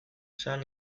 esan